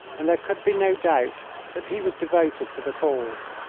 and there could be no doubt that he was devoted to the cause.